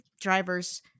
drivers